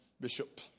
bishop